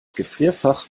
gefrierfach